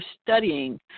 studying